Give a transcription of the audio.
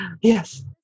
Yes